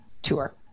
tour